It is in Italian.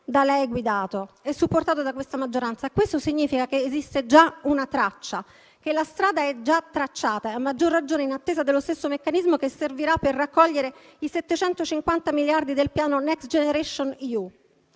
da lei guidato e supportato da questa maggioranza. Ciò significa che esiste già una traccia, che la strada è già tracciata, a maggior ragione in attesa dello stesso meccanismo che servirà per raccogliere i 750 miliardi di euro del piano Next generation EU.